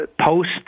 post